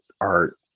art